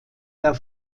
der